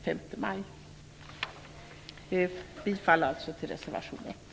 Jag yrkar alltså bifall till reservation 1.